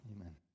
amen